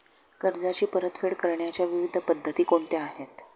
कर्जाची परतफेड करण्याच्या विविध पद्धती कोणत्या आहेत?